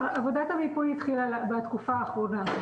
עבודת המיפוי התחילה בתקופה האחרונה.